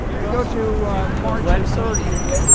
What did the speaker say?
you go to march thirtieth.